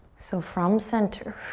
so from center,